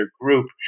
group